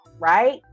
right